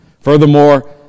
Furthermore